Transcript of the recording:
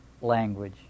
language